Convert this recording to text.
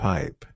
Pipe